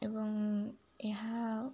ଏବଂ ଏହା